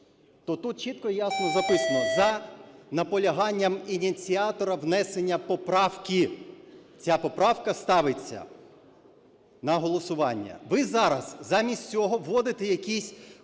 то тут чітко і ясно записано: за наполяганням ініціатора внесення поправки, ця поправка ставиться на голосування. Ви зараз замість цього вводите якийсь